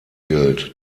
gilt